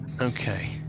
Okay